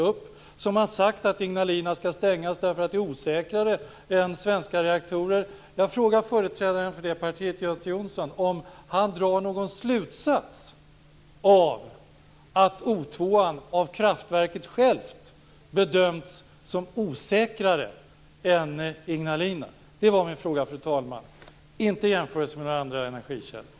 Man har sagt att Ignalina skall stängas därför att det är osäkrare än svenska reaktorer. Jag frågar företrädaren för det partiet, Göte Jonsson, om han drar någon slutsats av att O 2 av kraftverket självt bedömts som osäkrare än Ignalina. Det var min fråga, fru talman. Jag frågade inte efter en jämförelse med andra energikällor.